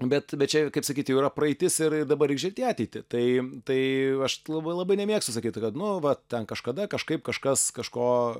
bet bet čia kaip sakyti jau yra praeitis ir ir dabar į ateitį tai tai aš labai labai nemėgstu sakyt kad nu va ten kažkada kažkaip kažkas kažko